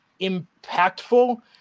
impactful